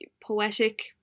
poetic